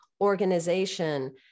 organization